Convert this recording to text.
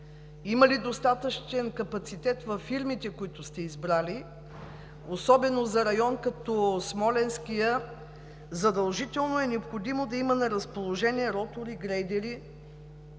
Има ли достатъчен капацитет във фирмите, които сте избрали? Особено за район като Смолянския задължително е необходимо да имат на разположение ротори и грейдери.